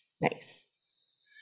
Nice